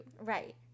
Right